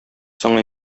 соң